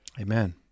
Amen